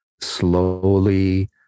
slowly